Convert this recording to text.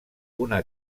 una